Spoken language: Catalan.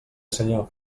senyor